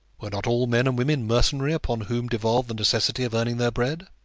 were not all men and women mercenary upon whom devolved the necessity of earning their bread?